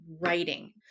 writing